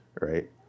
right